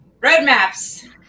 roadmaps